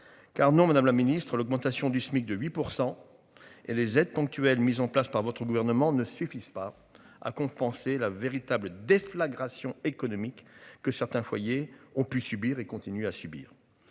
Car non Madame la Ministre l'augmentation du SMIC de 8% et les aides ponctuelles mises en place par votre gouvernement ne suffisent pas à compenser la véritable déflagration économique que certains foyers ont pu subir et continuent à subir.